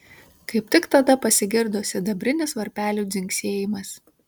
kaip tik tada pasigirdo sidabrinis varpelių dzingsėjimas